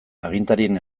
agintarien